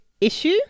issue